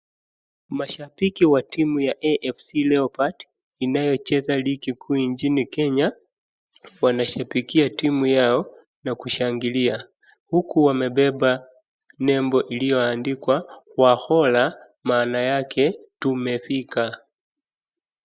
Mashambiki wa timu ya AFC Leopard inayocheza ligi kuu nchini Kenya wanashambikia timu yao na kushangilia uku wamebeba nembo ilioandikwa Khwakhola maana yake tumefika.